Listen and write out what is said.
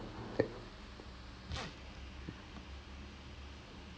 so the first started private then I ended up in gleneagles